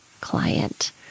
client